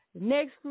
next